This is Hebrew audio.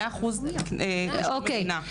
100% השתתפות מדינה.